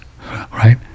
right